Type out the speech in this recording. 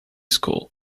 school